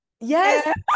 Yes